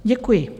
Děkuji.